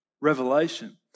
Revelation